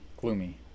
Gloomy